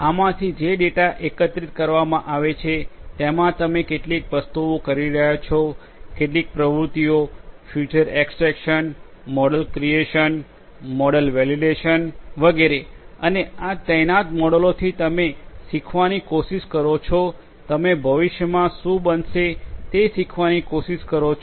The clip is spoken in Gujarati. આમાંથી જે ડેટા એકત્રિત કરવામાં આવે છે તેમા તમે કેટલીક વસ્તુઓ કરી રહ્યા છો કેટલીક પ્રવૃત્તિઓ feature extraction model creation model validation વગેરે અને આ તૈનાત મોડેલોથી તમે શીખવાની કોશિશ કરો છો તમે ભવિષ્યમાં શું બનશે તે શીખવાની કોશિશ કરો છો